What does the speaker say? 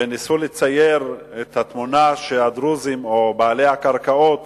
וניסו לצייר תמונה שהדרוזים או בעלי הקרקעות